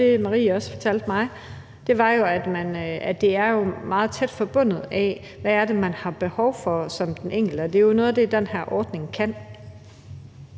det, Marie også fortalte mig, var, at det er meget tæt forbundet med, hvad det er, den enkelte har behov for, og det er jo noget af det, den her ordning kan.